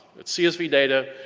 it's csv data,